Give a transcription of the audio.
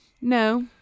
No